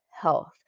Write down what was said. health